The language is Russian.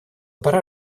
пора